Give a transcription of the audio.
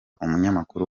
umunyamakuru